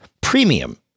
premium